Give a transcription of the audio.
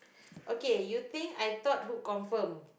okay you think I thought who confirm